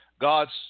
God's